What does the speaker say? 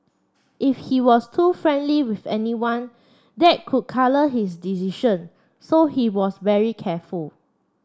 if he was too friendly with anyone that could colour his decision so he was very careful